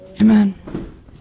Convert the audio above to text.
Amen